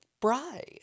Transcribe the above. bride